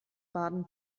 baden